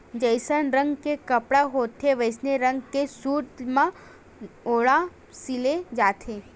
जइसन रंग के कपड़ा होथे वइसने रंग के सूत म ओला सिले जाथे